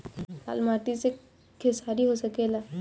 लाल माटी मे खेसारी हो सकेला?